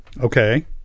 Okay